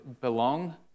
belong